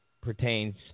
pertains